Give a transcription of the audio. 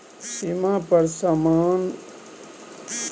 सीमा पर समान टपेभी तँ ओहि पर टैरिफ टैक्स दिअ पड़तौ